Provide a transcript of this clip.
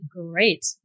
great